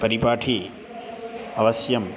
परिपाठी अवश्यं